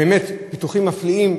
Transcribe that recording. באמת פיתוחים מפליאים,